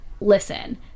listen